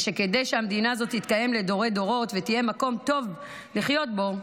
וכדי שהמדינה הזאת תתקיים לדורי-דורות ותהיה מקום טוב לחיות בו,